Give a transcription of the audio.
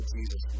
Jesus